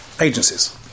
agencies